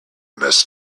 must